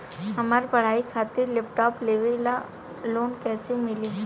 हमार पढ़ाई खातिर लैपटाप लेवे ला लोन कैसे मिली?